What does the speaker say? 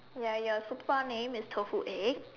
ya your super name is tofu egg